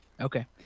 Okay